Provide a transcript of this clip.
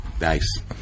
nice